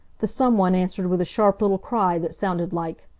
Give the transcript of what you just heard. the some one answered with a sharp little cry that sounded like,